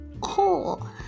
cool